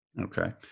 Okay